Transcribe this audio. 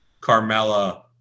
Carmella